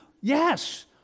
yes